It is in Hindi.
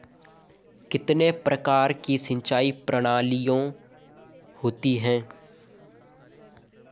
कितने प्रकार की सिंचाई प्रणालियों होती हैं?